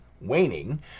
waning